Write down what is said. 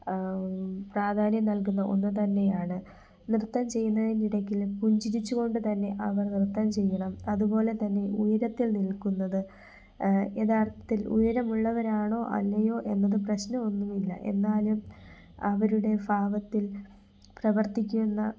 പ്രാധാന്യം നൽകുന്ന ഒന്ന് തന്നെ ആണ് നൃത്തം ചെയ്യുന്നതിനിടയ്ക്കും പുഞ്ചിരിച്ചുകൊണ്ട് തന്നെ അവർ നൃത്തം ചെയ്യണം അതുപോലെ തന്നെ ഉയരത്തിൽ നിൽക്കുന്നത് യഥാർത്ഥത്തിൽ ഉയരമുള്ളവരാണോ അല്ലയോ എന്നത് പ്രശ്നമൊന്നുമില്ല എന്നാലും അവരുടെ ഭാവത്തിൽ പ്രവർത്തിക്കുന്ന